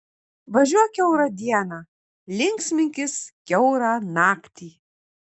važiuok kiaurą dieną linksminkis kiaurą naktį